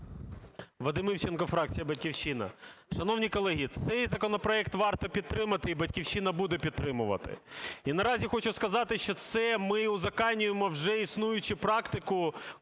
Вадим Івченко, фракція "Батьківщина". Шановні колеги, цей законопроект варто підтримати, і "Батьківщина" буде підтримувати. І наразі хочу сказати, що це ми узаконюємо вже існуючу практику,